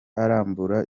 arambura